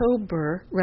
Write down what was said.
October